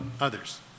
others